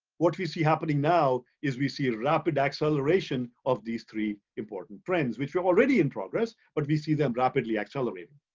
what we see happening now is we see a rapid acceleration of these three important trends which were already in progress, but we see them rapidly accelerating.